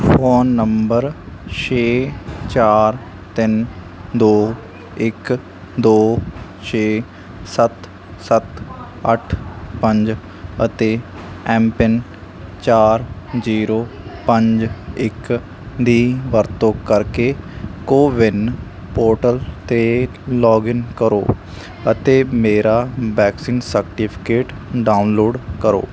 phone number ਛੇ ਚਾਰ ਤਿੰਨ ਦੋ ਇੱਕ ਦੋ ਛੇ ਸੱਤ ਸੱਤ ਅੱਠ ਪੰਜ ਅਤੇ ਐਮ ਪਿਨ ਚਾਰ ਜੀਰੋ ਪੰਜ ਇੱਕ ਦੀ ਵਰਤੋਂ ਕਰਕੇ ਕੋਵਿਨ ਪੋਰਟਲ 'ਤੇ ਲੌਗਇਨ ਕਰੋ ਅਤੇ ਮੇਰਾ ਵੈਕਸੀਨ ਸਰਟੀਫਿਕੇਟ ਡਾਊਨਲੋਡ ਕਰੋ